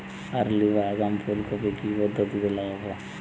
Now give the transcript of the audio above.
Early বা আগাম ফুল কপি কি পদ্ধতিতে লাগাবো?